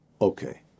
Okay